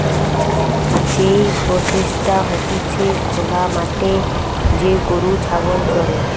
যেই প্রসেসটা হতিছে খোলা মাঠে যে গরু ছাগল চরে